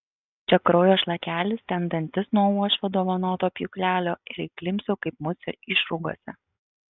čia kraujo šlakelis ten dantis nuo uošvio dovanoto pjūklelio ir įklimpsiu kaip musė išrūgose